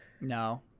No